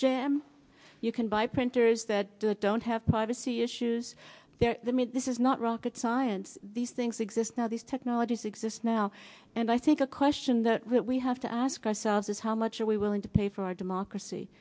jam you can buy printers that the don't have privacy issues they're the me this is not rocket science these things exist now these technologies exist now and i think a question that we have to ask ourselves is how much are we willing to pay for our democracy